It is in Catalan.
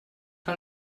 que